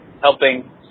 helping